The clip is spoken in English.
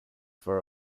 for